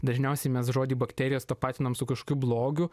dažniausiai mes žodį bakterijos tapatinam su kažkokiu blogiu